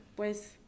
pues